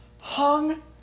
hung